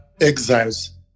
exiles